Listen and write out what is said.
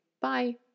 bye